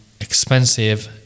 expensive